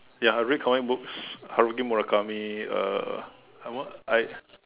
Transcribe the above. ya I read comic books Haruki-Murakami uh and what I